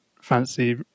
fancy